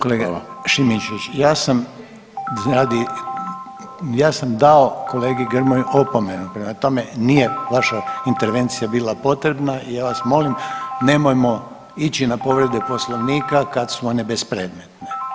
Kolega Šimičević, ja sam radi, ja sam dao kolegi Grmoju opomenu prema tome nije vaša intervencija bila potrebna i ja vas molim nemojmo ići na povrede Poslovnika kad su one bespredmetne.